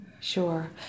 Sure